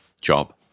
job